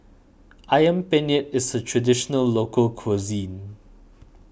Ayam Penyet is a Traditional Local Cuisine